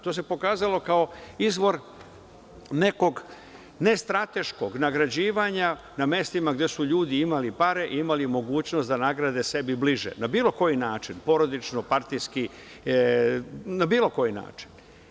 To se pokazalo kao izvor nekog ne strateškog nagrađivanja na mestima gde su ljudi imali pare, imali mogućnosti da nagrade sebi bliže, na bilo koji način, porodično, partijski, na bilo koji način.